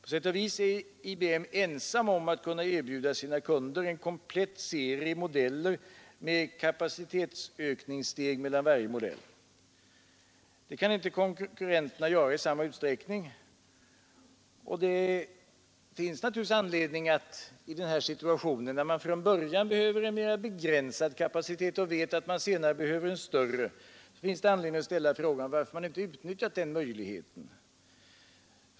På sätt och vis är IBM ensam om att erbjuda sina kunder en komplett serie modeller med kapacitetsökningssteg mellan varje. Detta kan inte konkurrenterna göra i samma utsträckning. Det finns naturligtvis anledning att i denna situation, när man från början behöver en mera begränsad kapacitet men vet att man senare behöver en större, ställa frågan varför denna möjlighet inte utnyttjas.